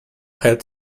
had